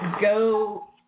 Go